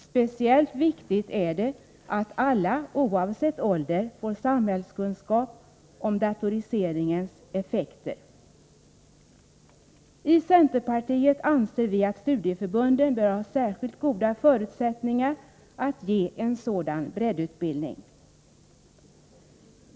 Speciellt viktigt är det att alla — oavsett ålder — får samhällskunskap om datoriseringens effekter. I centerpartiet anser vi att studieförbunden bör ha särskilt goda förutsättningar att ge en sådan breddutbildning.